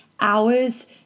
hours